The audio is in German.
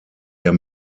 der